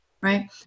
right